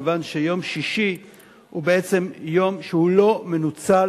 כיוון שיום שישי הוא בעצם יום שלא מנוצל